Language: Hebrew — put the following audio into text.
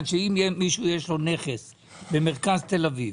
היא שאם למישהו יש נכס במרכז תל אביב,